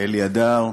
אלי הדר,